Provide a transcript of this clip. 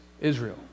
Israel